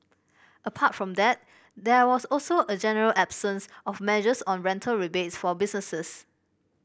apart from that there was also a general absence of measures on rental rebates for businesses